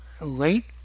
late